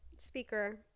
Speaker